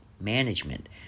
management